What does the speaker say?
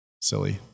silly